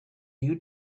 you